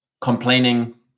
complaining